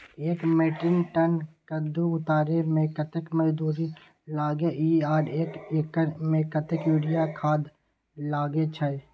एक metric ton कद्दू उतारे में कतेक मजदूरी लागे इ आर एक एकर में कतेक यूरिया खाद लागे छै?